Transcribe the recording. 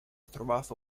trovato